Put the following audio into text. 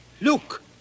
Look